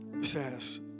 says